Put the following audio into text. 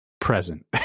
present